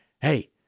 hey